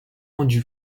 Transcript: rendu